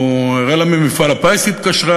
או אראלה ממפעל הפיס התקשרה,